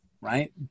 right